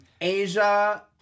Asia